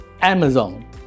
Amazon